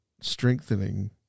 strengthening